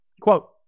Quote